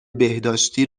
بهداشتی